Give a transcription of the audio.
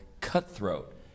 cutthroat